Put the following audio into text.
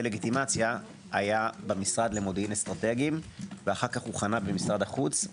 לגיטימציה היה במשרד למודיעין אסטרטגיים ואחר כך חנה במשרד החוץ.